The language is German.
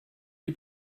die